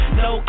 no